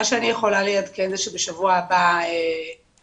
מה שאני יכולה לעדכן זה שבשבוע הבא נעביר